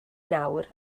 nawr